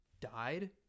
died